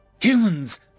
Humans